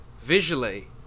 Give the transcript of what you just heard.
Visually